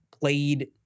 played